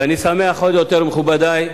ואני שמח עוד יותר, מכובדי,